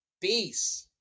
Peace